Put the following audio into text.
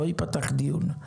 לא ייפתח דיון.